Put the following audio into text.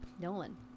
Nolan